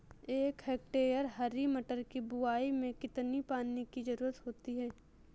एक हेक्टेयर हरी मटर की बुवाई में कितनी पानी की ज़रुरत होती है?